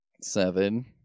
seven